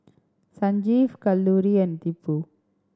Sanjeev Kalluri and Tipu